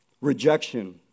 Rejection